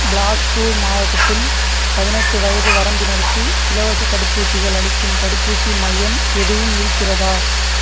பிலாஸ்பூர் மாவட்டத்தில் பதினெட்டு வயது வரம்பினருக்கு இலவசத் தடுப்பூசிகள் அளிக்கும் தடுப்பூசி மையம் எதுவும் இருக்கிறதா